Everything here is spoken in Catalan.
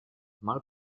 mal